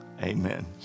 amen